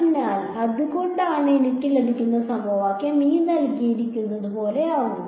അതിനാൽ അതുകൊണ്ടാണ് എനിക്ക് ലഭിക്കുന്ന സമവാക്യം ഇതാണ്